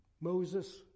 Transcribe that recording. Moses